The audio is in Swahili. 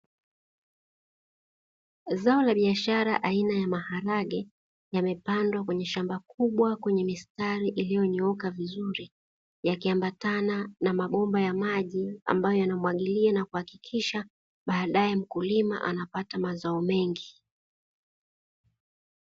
Zao la biashara aina ya maharage yamepandwa kwenye shamba kubwa kwenye mistari iliyonyooka vizuri, yakiambatana na mabomba ya maji ambayo yanamwagiliwa na kuhakikisha, badae mkulima anapata mazao mengi.